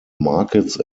markets